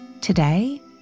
Today